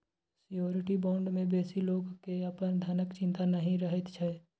surety bond मे बेसी लोक केँ अपन धनक चिंता नहि रहैत छै